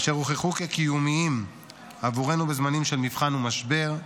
אשר הוכחו כקיומיים עבורנו בזמנים של מבחן ומשבר.